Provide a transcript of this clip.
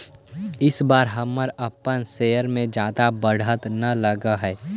इस बार हमरा अपन शेयर्स में जादा बढ़त न लगअ हई